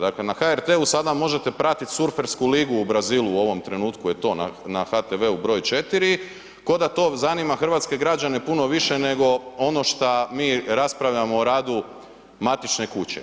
Dakle, na HRT-u sada možete pratiti surfersku ligu u Brazilu u ovom trenutku je to na HTV-u broj 4, ko da to zanima hrvatske građane puno više nego ono šta mi raspravljamo o radu matične kuće.